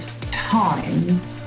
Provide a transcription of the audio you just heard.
times